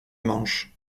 manche